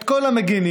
את כל המגינים,